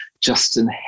Justin